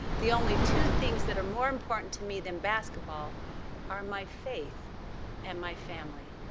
the only two things that are more important to me than basketball are my faith and my family.